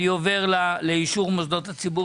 אני עובר לאישור מוסדות הציבור.